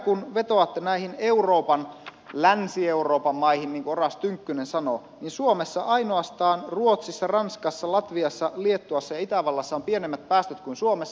kun vetoatte näihin euroopan maihin länsi euroopan maihin niin kuin oras tynkkynen sanoi niin ainoastaan ruotsissa ranskassa latviassa liettuassa ja itävallassa on pienemmät päästöt kuin suomessa